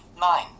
nine